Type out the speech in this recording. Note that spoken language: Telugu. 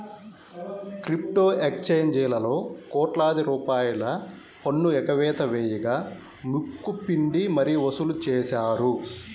క్రిప్టో ఎక్స్చేంజీలలో కోట్లాది రూపాయల పన్ను ఎగవేత వేయగా ముక్కు పిండి మరీ వసూలు చేశారు